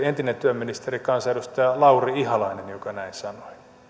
entinen työministeri kansanedustaja lauri ihalainen joka näin sanoi